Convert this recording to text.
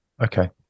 Okay